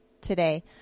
today